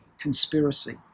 conspiracy